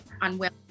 unwell